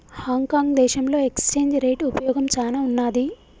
Hong Kong దేశంలో exchange rate ఉపయోగం చానా ఉన్నాది